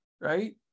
right